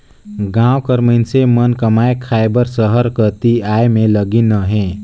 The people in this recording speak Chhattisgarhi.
गाँव कर मइनसे मन कमाए खाए बर सहर कती आए में लगिन अहें